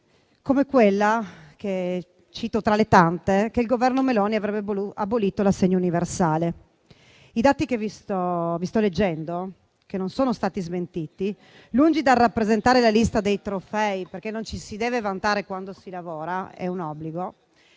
la quale - cito tra le tante - il Governo Meloni avrebbe abolito l'assegno universale. I dati che vi sto leggendo, che non sono stati smentiti, lungi dal rappresentare la lista dei trofei, perché non ci si deve vantare quando si lavora (è un obbligo),